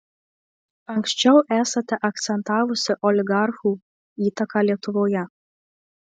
anksčiau esate akcentavusi oligarchų įtaką lietuvoje